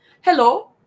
Hello